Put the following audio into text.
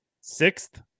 sixth